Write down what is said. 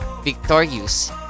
victorious